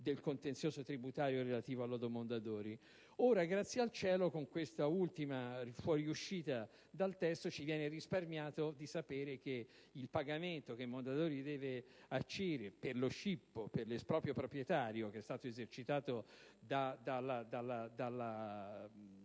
del contenzioso tributario relativo al lodo Mondadori. Ora - grazie al cielo - con questa ultima fuoriuscita dal testo ci viene risparmiato di sapere che il pagamento che Mondadori deve a CIR per lo scippo, l'esproprio proprietario esercitato da